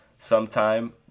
Sometime